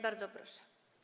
Bardzo proszę.